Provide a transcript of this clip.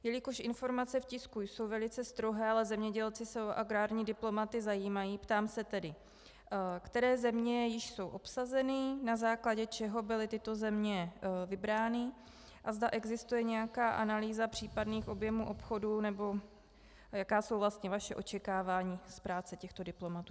Jelikož informace v tisku jsou velice strohé, ale zemědělci se o agrární diplomaty zajímají, ptám se tedy, které země již jsou obsazeny, na základě čeho byly tyto země vybrány a zda existuje nějaká analýza případných objemů obchodů, nebo jaká jsou vlastně očekávání z práce těchto diplomatů.